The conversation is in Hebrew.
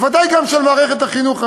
ובוודאי גם של מערכת החינוך,